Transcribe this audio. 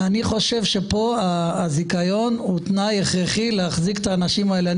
פה הזיכיון הוא תנאי הכרחי להחזיק את האנשים האלה.